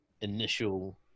initial